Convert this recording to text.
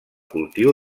cultiu